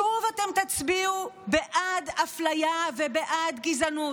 שוב אתם תצביעו בעד אפליה ובעד גזענות.